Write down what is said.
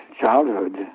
childhood